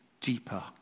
deeper